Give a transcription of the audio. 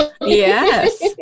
Yes